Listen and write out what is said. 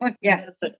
Yes